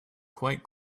quite